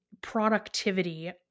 productivity